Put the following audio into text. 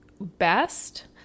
Best